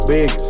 Big